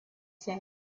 said